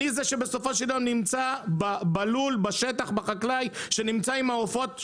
אני הוא זה שנמצא בלול, בשטח, עם העופות שגדלים.